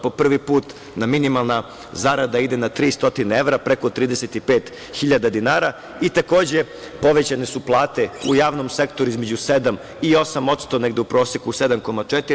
Po prvi put nam minimalna zarada ide na 300 evra, preko 35.000 dinara i, takođe, povećane su plate u javnom sektoru između 7% i 8%, negde u proseku 7,4%